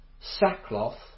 sackcloth